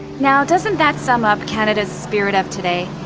now, doesn't that sum up canada's spirit of today?